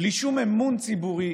בלי שום אמון ציבורי